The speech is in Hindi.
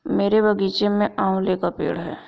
मेरे बगीचे में आंवले का पेड़ है